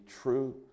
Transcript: true